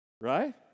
right